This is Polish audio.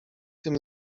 tym